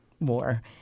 war